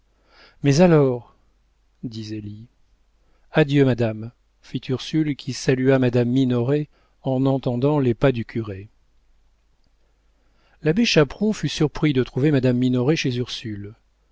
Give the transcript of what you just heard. mais alors dit zélie adieu madame fit ursule qui salua madame minoret en entendant les pas du curé l'abbé chaperon fut surpris de trouver madame minoret chez ursule